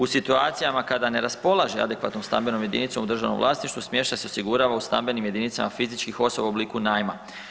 U situacijama kada ne raspolaže adekvatnom stambenom jedinicom u državnom vlasništvu, smještaj se osigurava u stambenim jedinicama fizičkih osoba u obliku najma.